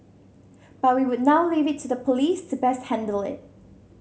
but we would now leave it to the police to best handle it